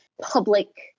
public